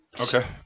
Okay